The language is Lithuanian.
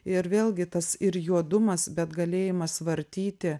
ir vėlgi tas ir juodumas bet galėjimas vartyti